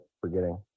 forgetting